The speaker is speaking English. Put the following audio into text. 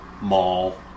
mall